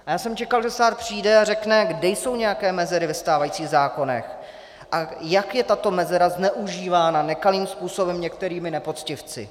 Já jsem čekal, že stát přijde a řekne, kde jsou nějaké mezery ve stávajících zákonech a jak je tato mezera zneužívána nekalým způsobem některými nepoctivci.